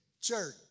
church